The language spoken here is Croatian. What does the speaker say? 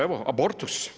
Evo, abortus.